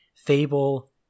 Fable